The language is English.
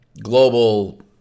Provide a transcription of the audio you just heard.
global